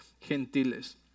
gentiles